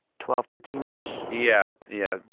twelve, thirteen ish yeah. yeah,